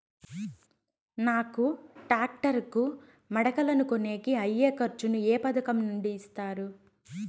నాకు టాక్టర్ కు మడకలను కొనేకి అయ్యే ఖర్చు ను ఏ పథకం నుండి ఇస్తారు?